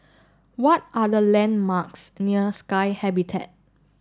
what are the landmarks near Sky Habitat